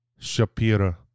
Shapira